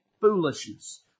foolishness